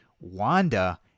Wanda